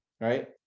right